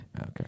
Okay